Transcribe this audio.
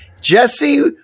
Jesse